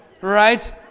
right